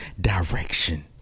direction